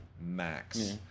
Max